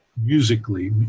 musically